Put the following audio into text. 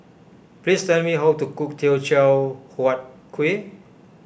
please tell me how to cook Teochew Huat Kueh